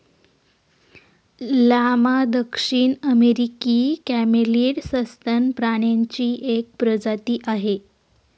llama दक्षिण अमेरिकी camelid सस्तन प्राण्यांची एक प्रजाती आहे